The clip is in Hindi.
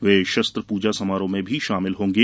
वे शस्त्र पूजा समारोह में भी शामिल होंगे